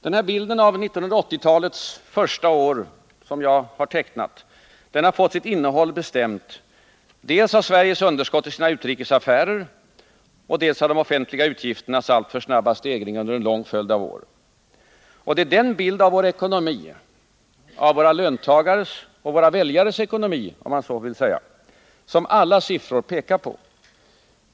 Den bild av 1980-talets första år som jag här har tecknat har fått sitt innehåll bestämt dels av Sveriges underskott i sina utrikesaffärer, dels av de offentliga utgifternas alltför snabba stegring under en lång följd av år. Det är den bild av vår ekonomi — av våra löntagares och våra väljares ekonomi, om man så vill uttrycka det — som alla siffror ger.